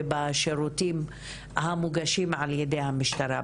ובשירותים המוגשים על ידי המשטרה.